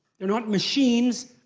they're not machines.